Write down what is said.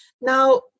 Now